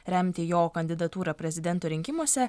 remti jo kandidatūrą prezidento rinkimuose